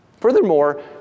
Furthermore